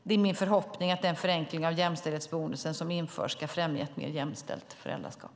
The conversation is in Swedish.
Det är min förhoppning att den förenkling av jämställdhetsbonusen som införts ska främja ett mer jämställt föräldraskap.